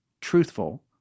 truthful